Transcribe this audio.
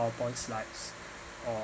upon slides or